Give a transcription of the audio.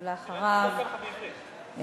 ואחריו,